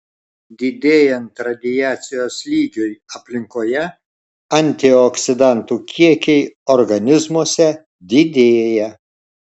didėjant radiacijos lygiui aplinkoje antioksidantų kiekiai organizmuose didėja